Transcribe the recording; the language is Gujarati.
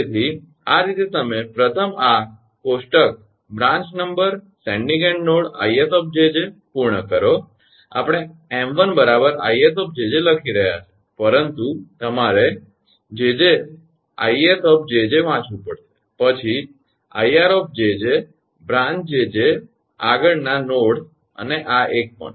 તેથી આ રીતે તમે પ્રથમ આ કોષ્ટક branch number sending end node 𝐼𝑆𝑗𝑗 પૂર્ણ કરો આપણે 𝑚1 𝐼𝑆𝑗𝑗 લખી રહ્યા છીએ પરંતુ તમારે 𝑗𝑗 𝐼𝑆𝑗𝑗 વાંચવું પડશે પછી 𝐼𝑅𝑗𝑗 બ્રાંચ 𝑗𝑗 આગળના નોડ્સ અને આ એક પણ